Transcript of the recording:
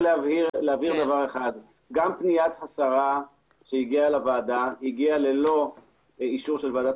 גם פניית השרה שהגיעה לוועדה הגיעה ללא אישור של ועדת